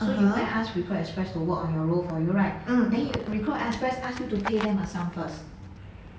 so you go and ask recruit express to work on your role for you right then you recruit express ask you to pay them a sum first